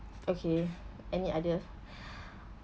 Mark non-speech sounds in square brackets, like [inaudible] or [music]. okay any other [breath]